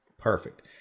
Perfect